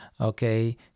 Okay